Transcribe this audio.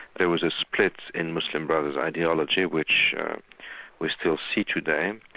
there was a split in muslim brothers' ideology which we still see today.